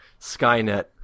Skynet